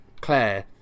Claire